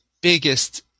biggest